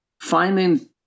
finding